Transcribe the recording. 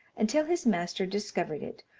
until his master discovered it,